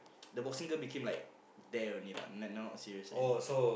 the boxing girl became like there only lah like now not serious already